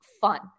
fun